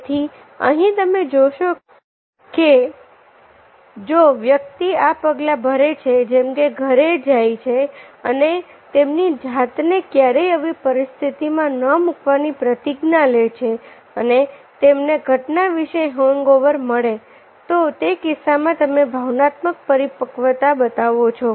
તેથી અહીં તમે જોશો કે જો વ્યક્તિ આ પગલાં ભરે છે જેમ કે ઘરે જાય છે અને તેમની જાતને ક્યારેય આવી પરિસ્થિતિ માં ન મુકવાની પ્રતિજ્ઞા લે અને તમને ઘટના વિશે હેંગ ઓવર મળેતો તે કિસ્સામાં તમે ભાવનાત્મક પરિપક્વતા બતાવો છો